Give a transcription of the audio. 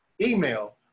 email